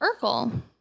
Urkel